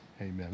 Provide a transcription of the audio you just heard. Amen